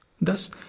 Thus